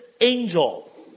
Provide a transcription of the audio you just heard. angel